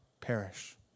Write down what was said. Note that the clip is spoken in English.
perish